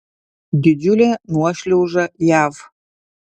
didžiulė nuošliauža jav